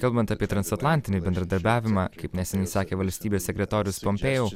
kalbant apie transatlantinį bendradarbiavimą kaip neseniai sakė valstybės sekretorius pompeo